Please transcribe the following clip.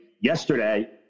yesterday